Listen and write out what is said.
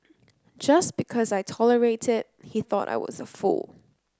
just because I tolerated he thought I was a fool